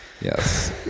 Yes